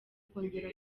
kongera